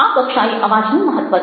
આ કક્ષાએ અવાજનું મહત્ત્વ છે